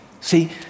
see